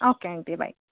okay aunty bye